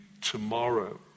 tomorrow